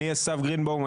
אני אסף גרינבאום,